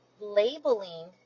labeling